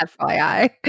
FYI